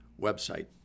website